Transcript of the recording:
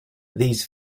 these